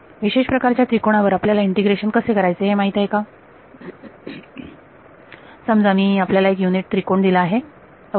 विशेष प्रकारच्या त्रिकोणावर आपल्याला इंटिग्रेशन कसे करायचे हे माहीत आहे का समजा मी आपल्याला एक युनिट त्रिकोण दिला आहे ओके